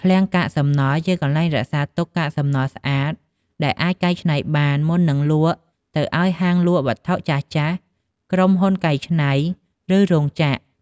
ឃ្លាំងកាកសំណល់ ជាកន្លែងរក្សាទុកកាកសំណល់ស្អាតដែលអាចកែច្នៃបាន មុននឹងលក់ទៅឲ្យហាងលក់វត្ថុចាស់ៗ ក្រុមហ៊ុនកែច្នៃ ឬរោងចក្រ។